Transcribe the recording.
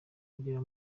kugera